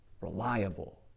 reliable